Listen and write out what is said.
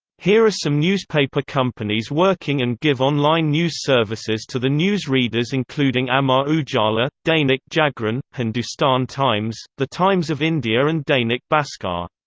here are some newspaper companies working and give online news services to the news readers including amar ujala, dainik jagran, hindustan times, the times of india and dainik bhaskar.